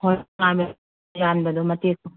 ꯍꯣꯏ ꯄꯥꯝꯃꯦ ꯌꯥꯟꯕꯗꯣ ꯃꯇꯦꯛꯇꯣ